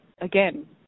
again